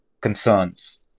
concerns